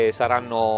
saranno